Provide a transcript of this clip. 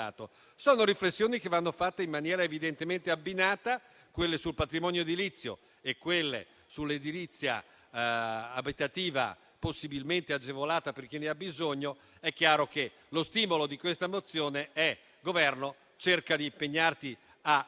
Sono riflessioni che vanno fatte in maniera evidentemente abbinata, quelle sul patrimonio edilizio e quelle sull'edilizia abitativa possibilmente agevolata per chi ne ha bisogno: è chiaro che lo stimolo che questa mozione vuol dare al Governo è perché cerchi di impegnarsi a fare,